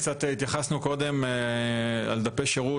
התייחסנו קודם קצת לדפי שירות,